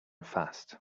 fast